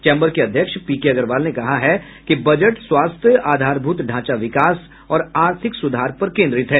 chamber के अध्यक्ष P K Agrawal ने कहा है कि बजट स्वास्थ्य आधारभूत ढ़ांचा विकास और आर्थिक सुधार पर केन्द्रित है